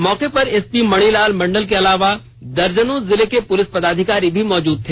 मौके पर एसपी मणिलाल मंडल के अलावे दर्जनो जिले के पुलिस पदाधिकारी मौजूद रहे